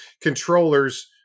controllers